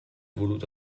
voluto